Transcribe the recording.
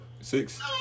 six